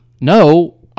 no